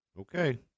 Okay